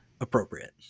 appropriate